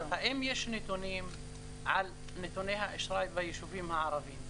האם יש נתונים על נתוני האשראי ביישובים הערבים?